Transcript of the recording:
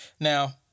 now